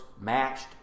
matched